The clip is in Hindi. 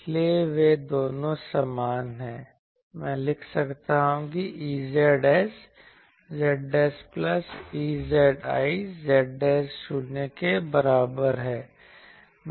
इसलिए वे दोनों समान हैं मैं लिख सकता हूं कि Ezs z plus Ezi z शून्य के बराबर है